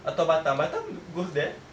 atau batam batam goes there